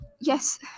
Yes